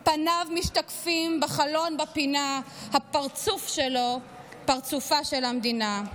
/ פניו משתקפים בחלון בפינה / הפרצוף שלו הוא / פרצופה של המדינה.